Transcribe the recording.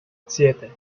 siete